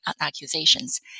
accusations